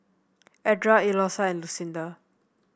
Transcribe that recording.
Edra Eloisa and Lucinda